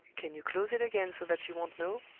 can you close it again so that she won't know?